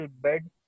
bed